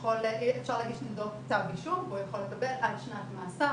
אפשר להגיש נגדו כתב אישום והוא יכול לקבל עד שנת מאסר,